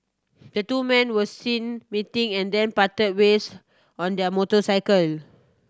the two men were seen meeting and then parted ways on their motorcycle